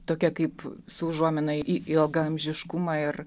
tokia kaip su užuomina į ilgaamžiškumą ir